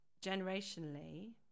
generationally